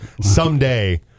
Someday